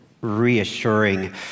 reassuring